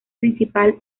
principal